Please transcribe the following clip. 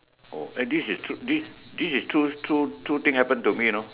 oh eh this is true this is true true true thing happen to me you know